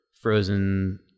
frozen